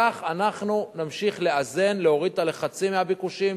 כך אנחנו נמשיך לאזן, להוריד אותה לחצי מהביקושים